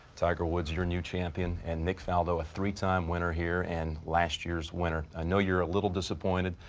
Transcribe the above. tiger woods your new champion and nick faldo a three-time winner here and last year's winner i know you're a little disappointed.